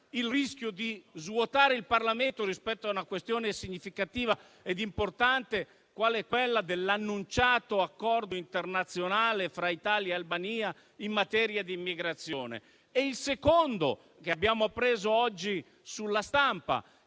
il rischio di svuotare il Parlamento rispetto a una questione significativa ed importante qual è quella dell'annunciato accordo internazionale fra Italia e Albania in materia di immigrazione; il secondo, che abbiamo appreso oggi sulla stampa,